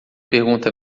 pergunta